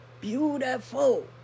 Beautiful